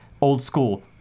old-school